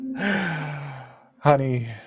Honey